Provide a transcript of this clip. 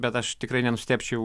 bet aš tikrai nenustebčiau